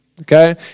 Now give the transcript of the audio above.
Okay